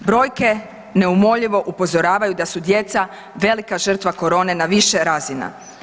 Brojke neumoljivo upozoravaju da su djeca velika žrtva korone na više razina.